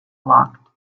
blocked